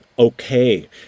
okay